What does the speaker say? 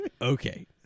Okay